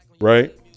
right